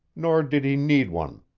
nor did he need one.